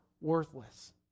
worthless